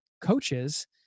coaches